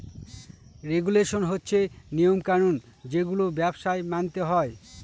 regulation হচ্ছে নিয়ম কানুন যেগুলো ব্যবসায় মানতে হয়